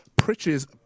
Pritch's